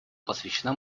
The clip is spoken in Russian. посвящена